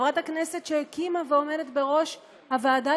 חברת הכנסת שהקימה ועומדת בראש הוועדה